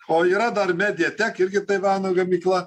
o yra dar mediatek irgi taivano gamykla